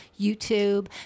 youtube